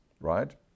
Right